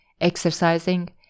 exercising